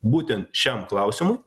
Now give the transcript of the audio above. būtent šiam klausimui